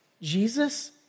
Jesus